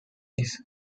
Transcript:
his